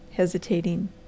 hesitating